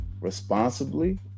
responsibly